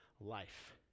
life